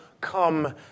come